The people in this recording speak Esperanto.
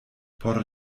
por